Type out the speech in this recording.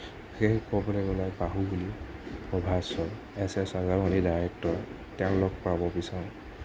সেয়েহে ক'বলৈ গ'লে বাহুবলী প্ৰভাসৰ এছ এছ ৰাজামৌলী যি ডাইৰেক্টৰ তেওঁক লগ পাব বিচাৰোঁ